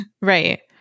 Right